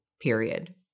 period